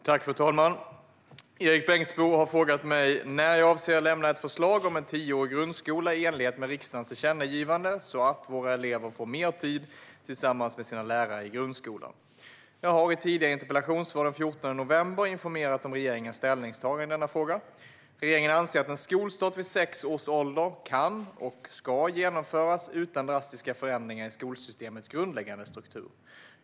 Fru talman! Erik Bengtzboe har frågat mig när jag avser att lämna ett förslag om en tioårig grundskola i enlighet med riksdagens tillkännagivanden så att våra elever får mer tid tillsammans med sina lärare i grundskolan. Jag har i tidigare interpellationssvar den 14 november informerat om regeringens ställningstaganden i denna fråga. Regeringen anser att en skolstart vid sex års ålder kan och ska genomföras utan drastiska förändringar i skolsystemets grundläggande struktur.